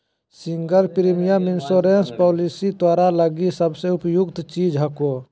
single premium insurance policy तोरा लगी सबसे उपयुक्त चीज हको